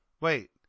wait